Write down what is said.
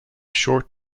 short